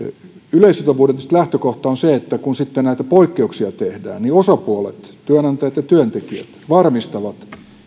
yleissitovuuden lähtökohta on tietysti se että kun sitten näitä poikkeuksia tehdään niin osapuolet työnantajat ja työntekijät varmistavat